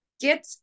get